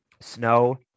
Snow